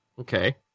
Okay